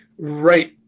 right